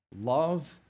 love